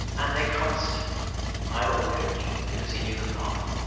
and they cast ira aldrich because he knew the part.